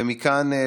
ומכאן,